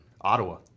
Ottawa